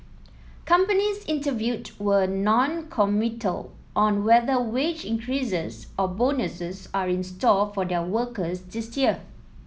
companies interviewed were noncommittal on whether wage increases or bonuses are in store for their workers this year